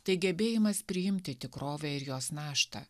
tai gebėjimas priimti tikrovę ir jos naštą